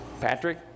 Patrick